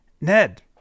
Ned